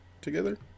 together